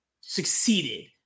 succeeded